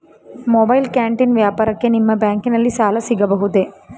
Mobile canteen ವ್ಯಾಪಾರಕ್ಕೆ ನಿಮ್ಮ ಬ್ಯಾಂಕಿನಲ್ಲಿ ಸಾಲ ಸಿಗಬಹುದೇ?